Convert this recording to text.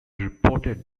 reported